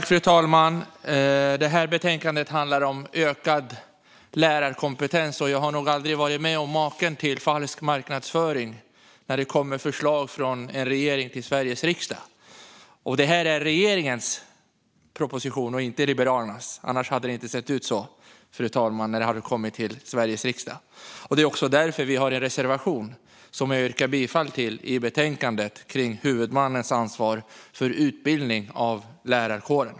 Fru talman! Det här betänkandet handlar om ökad lärarkompetens. Jag har väl aldrig varit med om maken till falsk marknadsföring när det kommer förslag från en regering till Sveriges riksdag. Det här är regeringens proposition och inte Liberalernas. Annars hade den inte sett ut på det här sättet när den hade kommit till riksdagen. Det är också därför vi har en reservation i betänkandet, som jag yrkar bifall till, om huvudmannens ansvar för utbildning av lärarkåren.